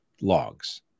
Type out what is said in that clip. logs